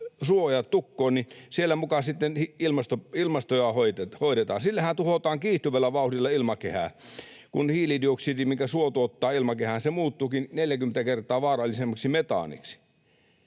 suo-ojat tukkoon, niin siellä muka sitten ilmastoa hoidetaan. Sillähän tuhotaan kiihtyvällä vauhdilla ilmakehää, kun hiilidioksidi, minkä suo tuottaa ilmakehään, muuttuukin 40 kertaa vaarallisemmaksi metaaniksi.